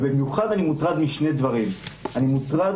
אני מוטרד במיוחד משני דברים: אני מוטרד